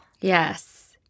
Yes